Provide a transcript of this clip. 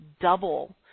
double